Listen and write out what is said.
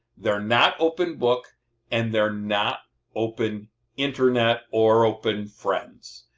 they're not open book and they're not open internet or open friends,